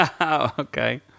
Okay